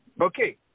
Okay